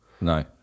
No